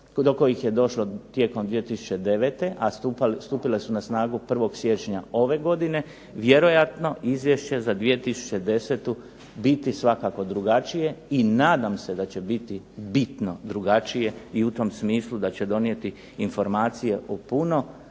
do kojih je došlo tijekom 2009., a stupile su na snagu 1. siječnja ove godine, vjerojatno izvješće za 2010. biti svakako drugačije i nadam se da će biti bitno drugačije i u tom smislu da će donijeti informacije o puno